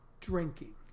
drinking